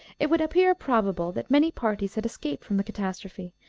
it would appear probable that many parties had escaped from the catastrophe,